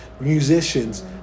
Musicians